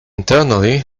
internally